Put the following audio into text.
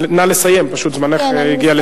נא לסיים, פשוט זמנך הגיע לסיום.